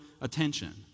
attention